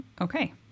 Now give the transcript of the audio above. Okay